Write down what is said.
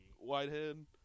Whitehead